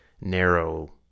narrow